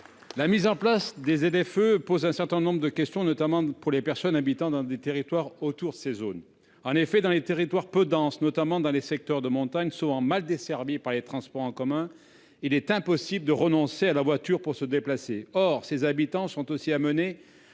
émissions (ZFE) soulève un certain nombre de questions, notamment pour les personnes habitant dans les territoires situés autour de ces zones. Dans les territoires peu denses, notamment dans les zones de montagne, souvent mal desservies par les transports en commun, il est impossible de renoncer à la voiture pour se déplacer et les habitants de ces